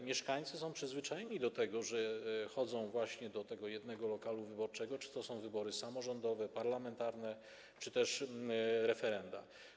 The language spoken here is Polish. Mieszkańcy są przyzwyczajeni, że chodzą do tego jednego lokalu wyborczego, czy to są wybory samorządowe, parlamentarne, czy też referenda.